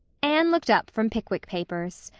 anne looked up from pickwick papers.